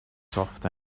soft